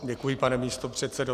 Děkuji, pane místopředsedo.